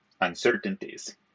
uncertainties